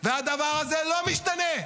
והדבר הזה לא משתנה.